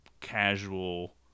casual